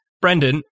Brendan